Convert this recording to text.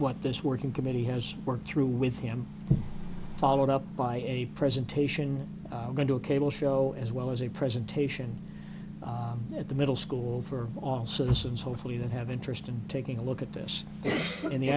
what this working committee has worked through with him followed up by a presentation going to a cable show as well as a presentation at the middle school for all citizens hopefully that have interest in taking a look at this and the